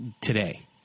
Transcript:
today